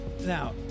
Now